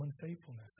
unfaithfulness